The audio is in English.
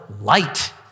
light